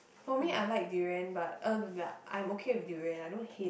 for me I like durian but I'm okay with durian I don't hate